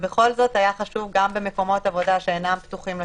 ובכל זאת היה חשוב גם במקומות עבודה שאינם פתוחים לציבור,